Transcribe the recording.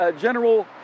General